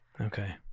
Okay